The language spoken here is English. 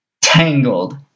Tangled